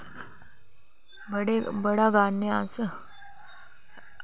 बड़े बड़ा गान्ने आं अस